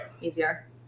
easier